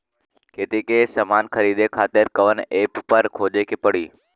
खेती के समान खरीदे खातिर कवना ऐपपर खोजे के पड़ी?